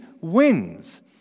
wins